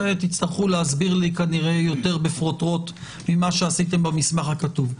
את זה תצטרכו להסביר לי כנראה יותר בפרוטרוט ממה שעשיתם במסמך הכתוב.